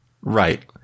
Right